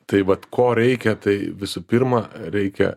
tai vat ko reikia tai visų pirma reikia